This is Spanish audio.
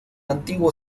antiguo